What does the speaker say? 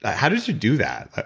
how did you do that?